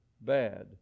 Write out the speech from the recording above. bad